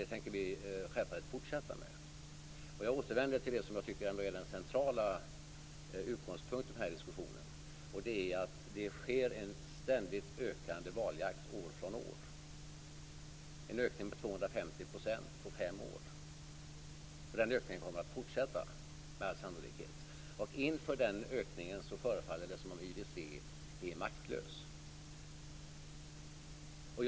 Det tänker vi självfallet fortsätta med. Jag återvänder till det som jag ändå tycker är den centrala utgångspunkten i den här diskussionen, och det är att det sker en ständigt ökande valjakt år från år. Det är en ökning med 250 % på fem år. Den ökningen kommer med all sannolikhet att fortsätta. Inför den ökningen förefaller det som om IWC är maktlöst.